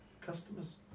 customers